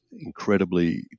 incredibly